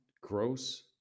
gross